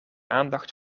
aandacht